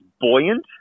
buoyant